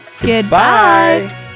Goodbye